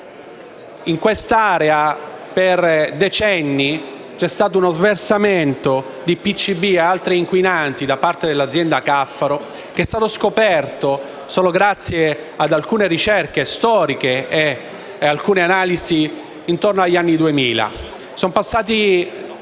In quest'area, per decenni, vi è stato uno sversamento di PCB e di altri inquinanti da parte della azienda Caffaro, che è stato scoperto solo grazie ad alcune ricerche storiche e ad alcune analisi effettuate intorno al 2000.